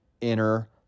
inner